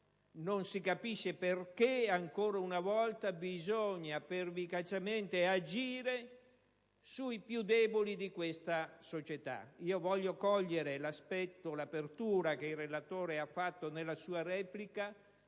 Non si capisce perché ancora una volta bisogna pervicacemente agire sui più deboli della società. Voglio cogliere l'apertura che il relatore ha fatto nella sua replica